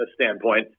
standpoint